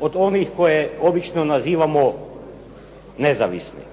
od onih koje obično nazivamo nezavisni.